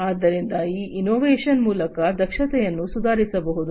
ಆದ್ದರಿಂದ ಈ ಇನ್ನೋವೇಶನ್ ಮೂಲಕ ದಕ್ಷತೆಯನ್ನು ಸುಧಾರಿಸಬಹುದು